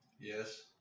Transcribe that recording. Yes